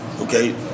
Okay